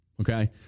Okay